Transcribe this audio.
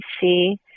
see